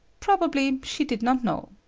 probably she did not know.